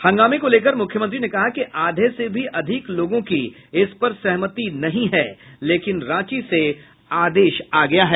हंगामे को लेकर मुख्यमंत्री ने कहा कि आधे से भी अधिक लोगों की इस पर सहमति नहीं है लेकिन रांची से आदेश आ गया है